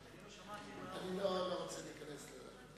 אני לא רוצה להיכנס לזה.